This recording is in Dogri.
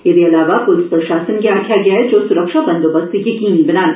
एहदे अलावा पुलस प्रशासन गी आखेआ गेदा ऐ जे ओह सुरक्षा बंदोबस्त यकीनी बनान